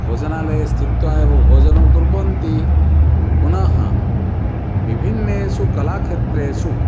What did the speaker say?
भोजनालये स्थित्वा एव भोजनं कुर्वन्ति पुनः विभिन्नेषु कलाक्षेत्रेषु